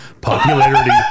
popularity